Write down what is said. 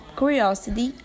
curiosity